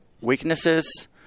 weaknesses